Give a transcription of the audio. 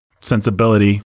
sensibility